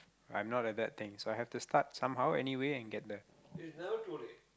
I'm not at that thing so I have to start somehow anyway and get there